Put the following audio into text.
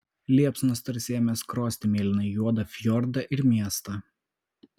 liepsnos tarsi ėmė skrosti mėlynai juodą fjordą ir miestą